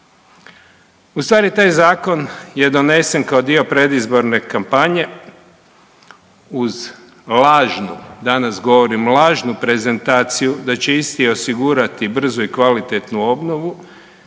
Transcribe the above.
Ustvari taj Zakon je donesen kao dio predizborne kampanje uz lažno, danas govorim lažnu prezentaciju da će isti osigurati brzu i kvalitetnu obnovu